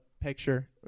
picture